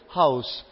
house